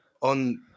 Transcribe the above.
On